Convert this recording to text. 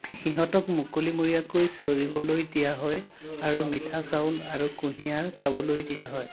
সিহঁতক মুকলিমুৰীয়াকৈ চৰিবলৈ দিয়া হয় আৰু মিঠা চাউল আৰু কুঁহিয়াৰ খাবলৈ দিয়া হয়